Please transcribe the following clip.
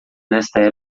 nesta